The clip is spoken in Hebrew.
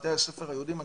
בבתי הספר היהודיים.